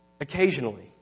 occasionally